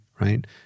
right